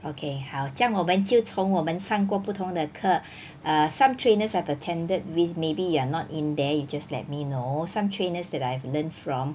okay 好这样我们就从我们上过不同的课 err some trainers have attended with maybe you're not in there you just let me know some trainers that I've learned from